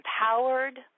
empowered